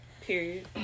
period